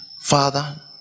Father